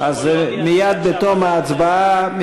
מייד בתום ההצבעה,